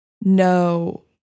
no